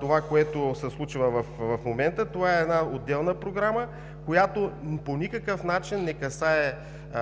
това, което се случва в момента. Това е отделна програма, която по никакъв начин не касае